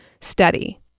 study